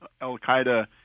al-qaeda